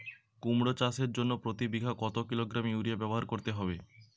কুমড়ো চাষের জন্য প্রতি বিঘা কত কিলোগ্রাম ইউরিয়া ব্যবহার করতে হবে?